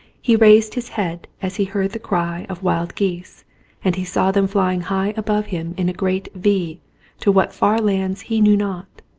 he raised his head as he heard the cry of wild geese and he saw them flying high above him in a great v to what far lands he knew not.